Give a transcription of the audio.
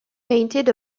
painted